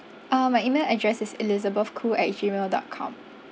um my email address is elizabeth khoo at G mail dot com